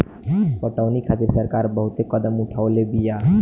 पटौनी खातिर सरकार बहुते कदम उठवले बिया